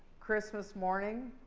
christmas morning.